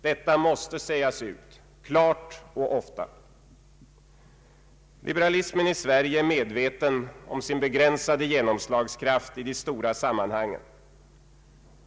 Detta måste sägas ut, klart och ofta. Liberalismen i Sverige är medveten om sin begränsade genomslagskraft i de stora sammanhangen.